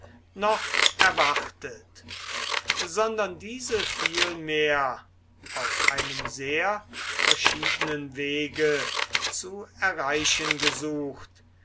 noch erwartet sondern diese vielmehr auf einem sehr verschiedenen wege zu erreichen gesucht